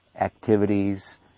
activities